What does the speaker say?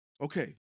Okay